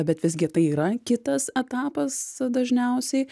bet visgi tai yra kitas etapas dažniausiai